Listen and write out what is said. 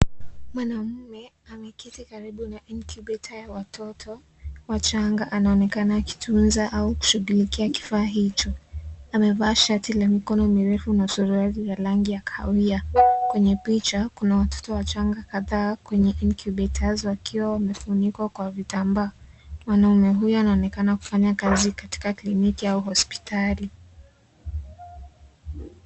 Mwanamume ameketi karibu na incubator ya watoto wachanga. Anaonekana akitunza au kushughulikia kifaa hicho. Amevaa shati la mikono mirefu na suruali ya rangi ya kahawia. Kwenye picha, kuna watoto wachanga kadhaa kwenye incubators wakiwa wamefunikwa kwa vitambaa. Mwanamume huyu anaonekana kufanya kazi katika kliniki au hospitali.